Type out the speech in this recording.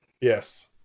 Yes